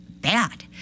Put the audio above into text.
bad